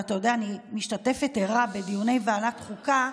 אתה יודע, אני משתתפת ערה בדיוני ועדת החוקה,